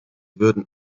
würden